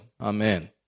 Amen